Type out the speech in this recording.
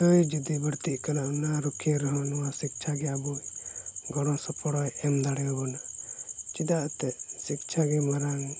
ᱠᱟᱹᱭ ᱡᱩᱫᱤ ᱵᱟᱹᱲᱛᱤᱜ ᱠᱟᱱᱟ ᱚᱱᱟ ᱨᱩᱠᱷᱤᱭᱟᱹ ᱨᱮᱦᱚᱸ ᱱᱚᱣᱟ ᱥᱤᱪᱪᱷᱟ ᱜᱮ ᱟᱵᱚ ᱜᱚᱲᱚ ᱥᱚᱯᱲᱚᱭ ᱮᱢ ᱫᱟᱲᱮ ᱵᱚᱱᱟ ᱪᱮᱫᱟᱜ ᱥᱮ ᱥᱤᱪᱪᱷᱟ ᱜᱮ ᱢᱟᱨᱟᱝ